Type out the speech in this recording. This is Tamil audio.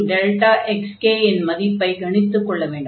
fckΔxk இன் மதிப்பைக் கணித்துக் கொள்ள வேண்டும்